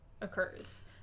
occurs